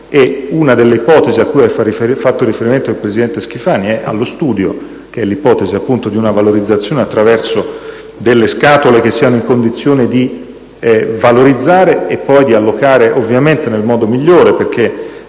una delle ipotesi a cui ha fatto riferimento il presidente Schifani, che è allo studio: l'ipotesi di una valorizzazione attraverso delle «scatole» che siano in condizione di valorizzare, e poi di allocare, ovviamente nel modo migliore, perché